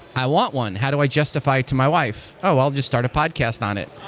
i want one. how do i justify it to my wife? oh! i'll just start a podcast on it.